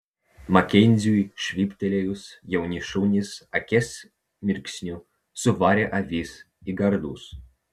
makenziui švilptelėjus jauni šunys akies mirksniu suvarė avis į gardus